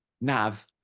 NAV